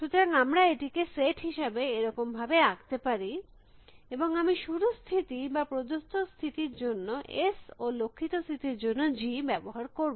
সুতরাং আমরা এটিকে সেট হিসাবে এরকম ভাবে আঁকতে পারি এবং আমি শুরুর স্থিতি বা প্রদত্ত স্থিতির জন্য S ও লক্ষিত স্থিতির জন্য G ব্যবহার করব